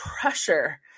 pressure